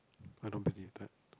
I don't believe that